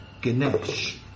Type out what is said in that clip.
Ganesh